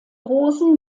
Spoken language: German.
rosen